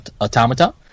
Automata